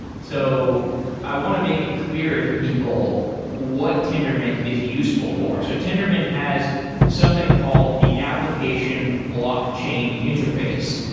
so i want to make it clear to people what tendermint is useful for. so tendermint has something called the application block chain interface.